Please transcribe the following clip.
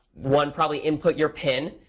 one, probably input your pin.